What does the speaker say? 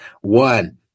one